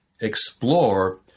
explore